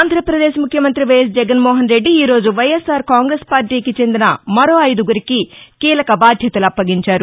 ఆంధ్రపదేశ్ ముఖ్యమంతి వైఎస్ జగన్మోహన్ రెడ్డి ఈ రోజు వైఎస్ఆర్ కాంగ్రెస్ పార్టీకి చెందిన మరో ఐదుగురికి కీలక బాధ్యతలు అప్పగించారు